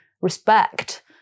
respect